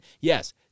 yes